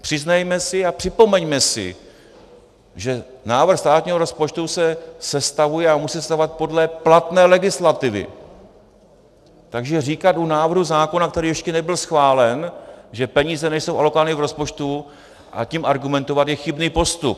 Přiznejme si a připomeňme si, že návrh státního rozpočtu se sestavuje a musí sestavovat podle platné legislativy, takže říkat u návrhu zákona, který ještě nebyl schválen, že peníze nejsou alokovány v rozpočtu a tím argumentovat je chybný postup.